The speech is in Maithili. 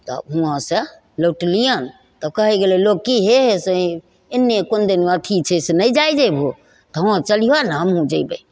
तब हुआँसे लौटलिअनि तऽ कहै गेलै लोकि कि हे से एन्ने कोनदन अथी छै से नहि जाइ जेबहो तऽ हँ चलहिए ने हमहूँ जएबै